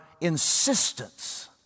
insistence